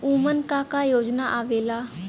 उमन का का योजना आवेला?